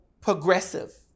progressive